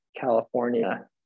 California